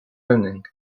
owning